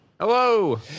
Hello